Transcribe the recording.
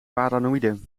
paranoïde